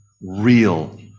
real